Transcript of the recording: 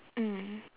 mm